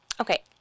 Okay